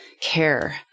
care